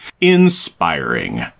Inspiring